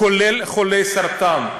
כולל חולי סרטן,